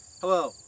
Hello